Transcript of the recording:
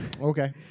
Okay